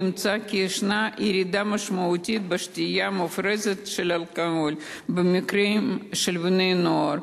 נמצא כי ישנה ירידה משמעותית בשתייה מופרזת של אלכוהול בקרב בני-הנוער.